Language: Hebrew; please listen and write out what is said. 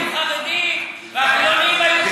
פעם החרדים היו חרדים והחילונים היו חילונים.